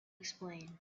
explain